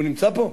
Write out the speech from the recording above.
הוא נמצא פה?